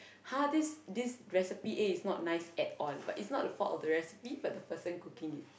!huh! this this recipe A is not nice at all but it's not the fault of the recipe but the person cooking it